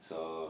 so